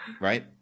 right